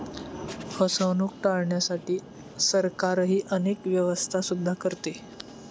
फसवणूक टाळण्यासाठी सरकारही अनेक व्यवस्था सुद्धा करते